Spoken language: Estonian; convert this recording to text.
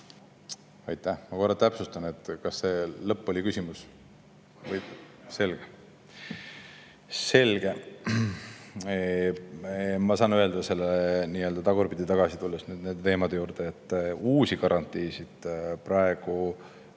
Aitäh! Ma korra täpsustan: kas see lõpp oli küsimus? (Hääl saalist.) Selge! Selge! Ma saan öelda, nii-öelda tagurpidi tagasi tulles nende teemade juurde, et uusi garantiisid praegu